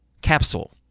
capsule